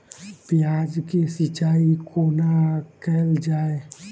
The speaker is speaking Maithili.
प्याज केँ सिचाई कोना कैल जाए?